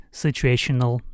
situational